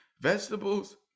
vegetables